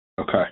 Okay